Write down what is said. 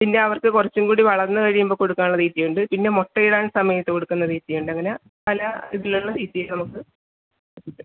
പിന്നെ അവർക്ക് കുറച്ചും കൂടി വളർന്ന് കഴിയുമ്പോൾ കൊടുക്കാനുള്ള തീറ്റിയുണ്ട് പിന്നെ മുട്ട ഇടാൻ സമയത്ത് കൊടുക്കുന്ന തീറ്റിയുണ്ട് അങ്ങനെ പല ഇതിലുള്ള തീറ്റികളും നമുക്ക് കിട്ടും